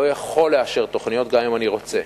לא יכול לאשר תוכניות גם אם אני רוצה.